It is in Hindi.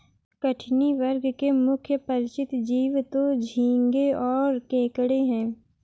कठिनी वर्ग के मुख्य परिचित जीव तो झींगें और केकड़े हैं